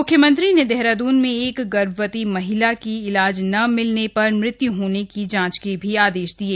म्ख्यमंत्री ने देहरादून में एक गर्भवती महिला की इलाज न मिलने पर मृत्य् की जांच का आदेश भी दिये